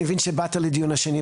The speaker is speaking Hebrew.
אני מבין שבאת לדיון השני,